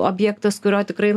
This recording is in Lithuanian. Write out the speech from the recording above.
objektas kurio tikrai